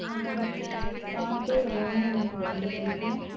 அவங்க பாட்டு எல்லாமே எனக்கு ரொம்ப பிடிக்கும்